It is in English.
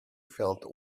felt